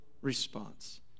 response